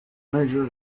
measure